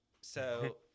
So-